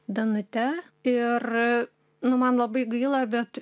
danute ir nu man labai gaila bet